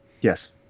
Yes